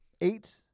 eight